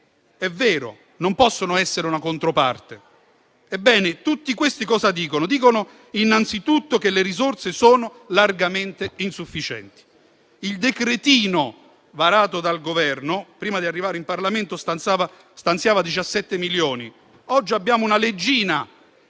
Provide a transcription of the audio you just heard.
È vero, non possono essere una controparte. Ebbene, tutti questi soggetti dicono innanzitutto che le risorse sono largamente insufficienti. Il "decretino" varato dal Governo, prima di arrivare in Parlamento, stanziava 17 milioni di euro. Oggi abbiamo una "leggina",